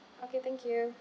okay thank you